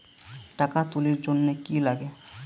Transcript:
টাকা তুলির জন্যে কি লাগে?